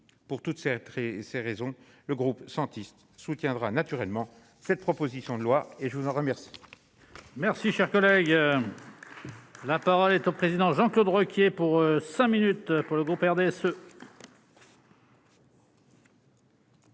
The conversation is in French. lettres et ces raisons, le groupe centriste, soutiendra naturellement cette proposition de loi et je vous en remercie. Merci, cher collègue. La parole est au président Jean-Claude Requier pour 5 minutes pour le groupe RDSE.